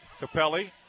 capelli